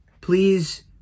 please